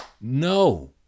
No